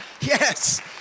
Yes